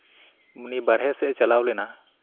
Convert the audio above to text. ᱩᱱᱤ ᱵᱟᱨᱦᱮ ᱥᱮᱫ ᱮᱭ ᱪᱟᱞᱟᱣ ᱞᱮᱱᱟ